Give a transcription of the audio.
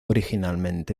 originalmente